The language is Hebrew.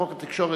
בחוק התקשורת,